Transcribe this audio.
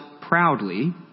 proudly